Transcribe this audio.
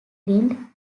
flint